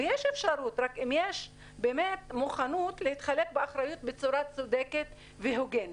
ויש אפשרות רק אם יש באמת מוכנות להתחלק באחריות בצורה צודקת והוגנת.